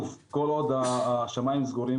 כל עוד השמיים סגורים,